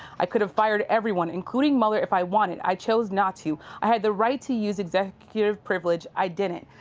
i could have fired everyone, including mueller, if i wanted. i chose not to. i had the right to use executive privilege. i didn't.